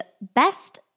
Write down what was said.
best